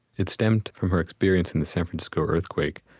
it stemmed from her experience in the san francisco earthquake.